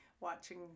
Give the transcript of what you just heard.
watching